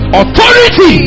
authority